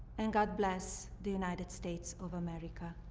and god bless the united states of america.